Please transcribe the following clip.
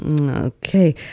Okay